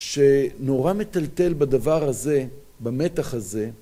שנורא מטלטל בדבר הזה, במתח הזה.